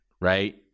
right